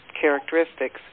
characteristics